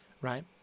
right